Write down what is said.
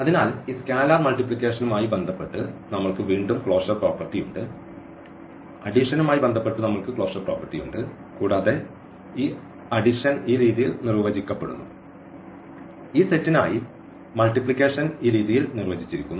അതിനാൽ ഈ സ്കെയിലർ മൾട്ടിപ്ലിക്കേഷൻമായി ബന്ധപ്പെട്ട് നമ്മൾക്ക് വീണ്ടും ക്ലോഷർ പ്രോപ്പർട്ടി ഉണ്ട് അഡിഷൻമായി ബന്ധപ്പെട്ട് നമ്മൾക്ക് ക്ലോഷർ പ്രോപ്പർട്ടി ഉണ്ട് കൂടാതെ ഈ അഡിഷൻ ഈ രീതിയിൽ നിർവചിക്കപ്പെടുന്നു ഈ സെറ്റിനായി മൾട്ടിപ്ലിക്കേഷൻ ഈ രീതിയിൽ നിർവചിച്ചിരിക്കുന്നു